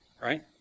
right